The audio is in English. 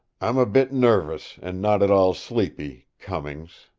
i'm a bit nervous, and not at all sleepy, cummings.